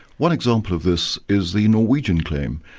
one example of this is the norwegian claim.